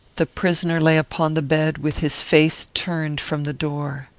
the prisoner lay upon the bed, with his face turned from the door.